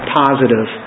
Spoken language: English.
positive